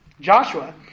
Joshua